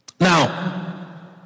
now